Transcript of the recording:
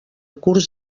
curs